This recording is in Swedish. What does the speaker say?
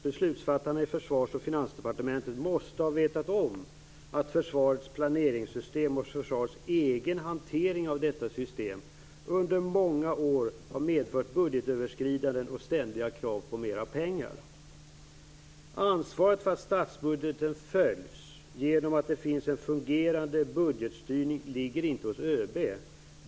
Beslutsfattarna i Försvars och Finansdepartementen måste ha vetat om att försvarets planeringssystem och försvarets egen hantering av detta system under många år har medfört budgetöverskridanden och ständiga krav på mera pengar. Ansvaret för att statsbudgeten följs genom att det finns en fungerande budgetstyrning ligger inte hos ÖB.